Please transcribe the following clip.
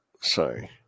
Sorry